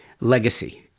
Legacy